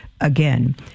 again